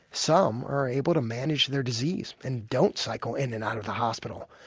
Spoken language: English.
some are able to manage their disease and don't cycle in and out of the hospital.